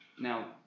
Now